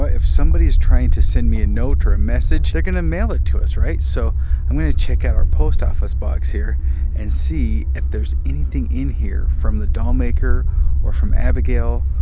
ah if somebody is trying to send me a note or a message, they're gonna mail it to us, right? so i'm gonna check out our post office box here and see if there's anything here from the dollmaker or from abigail,